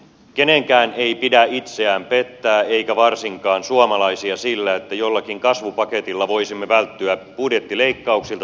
kenenkään ei pidä itseään pettää eikä varsinkaan suomalaisia sillä että jollakin kasvupaketilla voisimme välttyä budjettileikkauksilta tai veronkorotuksilta